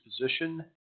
position